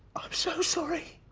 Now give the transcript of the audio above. i'm so sorry.